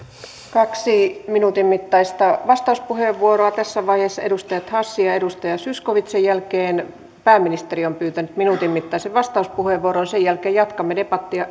kaksi minuutin mittaista vastauspuheenvuoroa tässä vaiheessa edustaja hassi ja edustaja zyskowicz sen jälkeen pääministeri on pyytänyt minuutin mittaisen vastauspuheenvuoron ja sen jälkeen jatkamme debattia